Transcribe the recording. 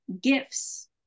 gifts